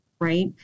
right